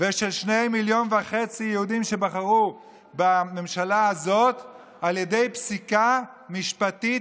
ושל 2.5 מיליוני יהודים שבחרו בממשלה הזו על ידי פסיקה משפטית,